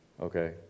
okay